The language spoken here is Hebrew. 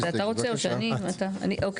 3 אושר.